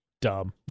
dumb